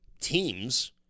teams